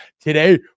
Today